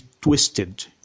twisted